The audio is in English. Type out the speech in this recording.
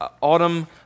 autumn